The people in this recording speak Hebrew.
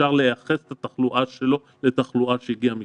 אפשר לייחס את התחלואה שלו לתחלואה שהגיעה מחו"ל.